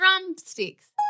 Drumsticks